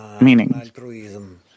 Meaning